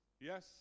Yes